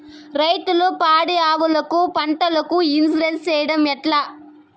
రైతులు పాడి ఆవులకు, పంటలకు, ఇన్సూరెన్సు సేయడం ఎట్లా?